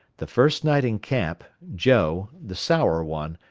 the first night in camp, joe, the sour one,